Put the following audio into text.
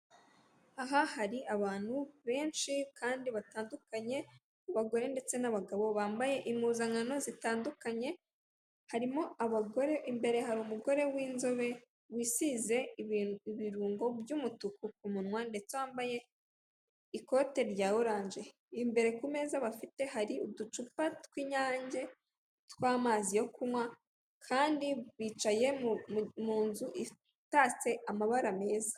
Aha hari abantu benshi kandi batandukanye, abagore ndetse n'abagabo bambaye impuzankano zitandukanye, harimo abagore imbere, hari umugore w'inzobe wishinze ibintu ibirungo by'umutuku ku munwa ndetse wambaye ikote rya orange. Imbere ku meza hari uducupa tw'inyange, tw'amazi yo kunywa, kandi bicaye mu nzu itatse amabara meza.